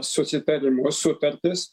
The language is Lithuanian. susitarimo sutartis